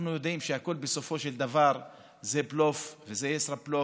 אנחנו יודעים שהכול בסופו של דבר זה בלוף וזה ישראבלוף,